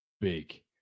big